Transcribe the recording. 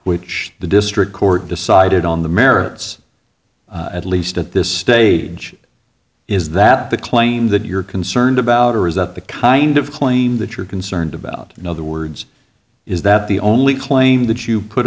which the district court decided on the merits at least at this stage is that the claim that you're concerned about or is that the kind of claim that you're concerned about in other words is that the only claim that you put